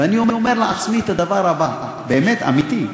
ואני אומר לעצמי את הדבר הבא, באמת אמיתי,